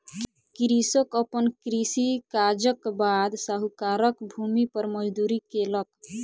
कृषक अपन कृषि काजक बाद साहूकारक भूमि पर मजदूरी केलक